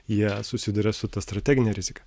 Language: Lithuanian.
jie susiduria su ta strategine rizika